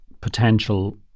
potential